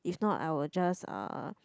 if not I will just uh